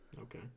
Okay